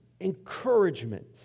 encouragement